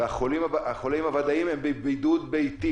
והחולים הוודאיים הם בבידוד ביתי.